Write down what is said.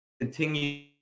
continue